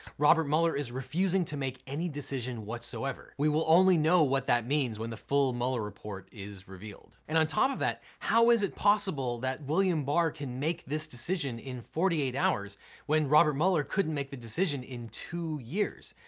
robert mueller is refusing to make any decision whatsoever. we will only know what that means when the full mueller report is revealed. and on top of that, how is it possible that william barr can make this decision in forty eight hours when robert mueller couldn't make the decision in two years?